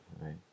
right